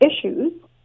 issues